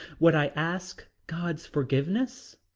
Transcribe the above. would i ask god's forgiveness?